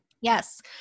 Yes